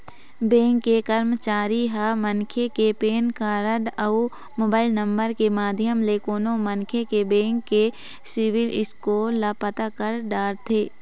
bank के करमचारी ह मनखे के पेन कारड अउ मोबाईल नंबर के माध्यम ले कोनो मनखे के बेंक के सिविल स्कोर ल पता कर डरथे